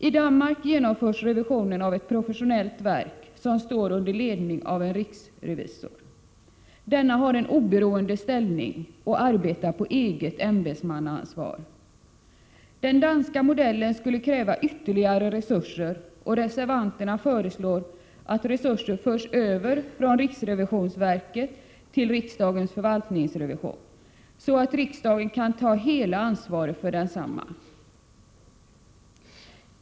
I Danmark genomförs revisionerna av ett professionellt verk som står under ledning av en riksrevisor. Denna har en oberoende ställning och arbetar på eget ämbetsmannaansvar. Den danska modellen skulle kräva ytterligare resurser, och reservanterna föreslår att resurser förs över från riksrevisionsverket till riksdagens förvaltningsrevision, så att riksdagen kan ta hela ansvaret för densamma.